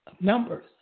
numbers